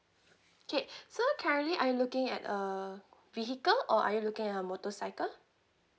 okay so currently I'm looking at a vehicle or are you looking at a motorcycle